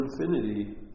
infinity